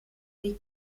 sich